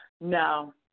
No